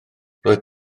roedd